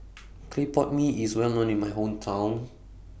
Clay Pot Mee IS Well known in My Hometown